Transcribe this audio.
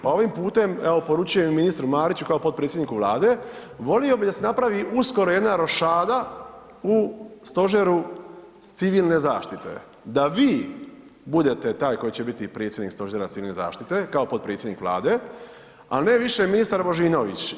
Pa ovim putem evo poručujem i ministru Mariću kao potpredsjedniku Vlade, volio bi da se napravi uskoro jedna rošada u stožeru civilne zaštite, da vi budete taj koji će biti predsjednik stožera civilne zaštite, kao potpredsjednik Vlade, a ne više ministar Božinović.